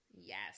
Yes